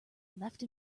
left